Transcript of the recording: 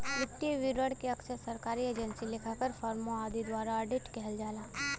वित्तीय विवरण के अक्सर सरकारी एजेंसी, लेखाकार, फर्मों आदि द्वारा ऑडिट किहल जाला